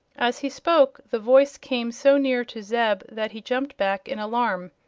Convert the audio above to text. as he spoke the voice came so near to zeb that he jumped back in alarm.